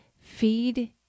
feed